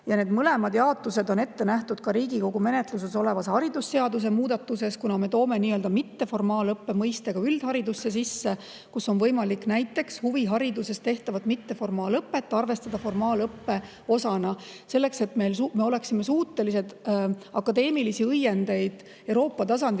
Need jaotused on ette nähtud ka Riigikogu menetluses olevas haridusseaduse muudatuses, kuna me toome mitteformaalõppe mõiste sisse ka üldharidusse, kus on võimalik näiteks huvihariduses [läbitavat] mitteformaalõpet arvestada formaalõppe osana. Selleks et me oleksime suutelised akadeemilisi õiendeid Euroopa tasandil